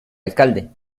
alcalde